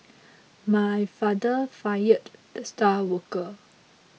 my father fired the star worker